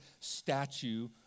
statue